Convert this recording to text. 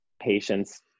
patients